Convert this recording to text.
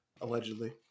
allegedly